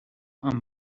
amb